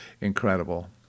incredible